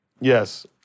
yes